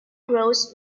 gross